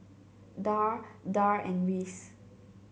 Darl Darl and Reese